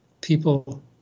people